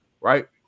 right